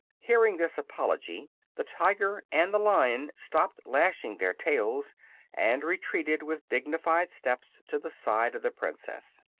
hearing this apology the tiger and the lion stopped lashing their tails and retreated with dignified steps to the side of the princess.